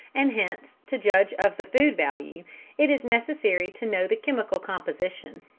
and hence to judge of the food value it is necessary to know the chemical composition.